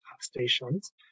stations